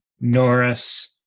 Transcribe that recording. Norris